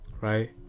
Right